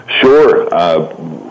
Sure